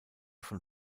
von